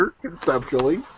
conceptually